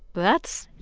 but that's.